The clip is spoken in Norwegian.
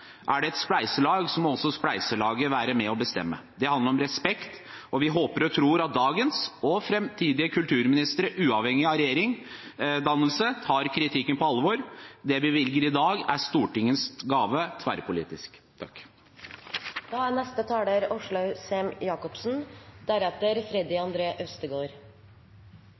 Er det et spleiselag, må også spleiselaget være med og bestemme. Det handler om respekt. Vi håper og tror at dagens kulturminister og framtidige kulturministre, uavhengig av regjeringsdannelse, tar kritikken på alvor. Det vi bevilger i dag, er Stortingets gave, tverrpolitisk. Først og fremst må jeg si at det er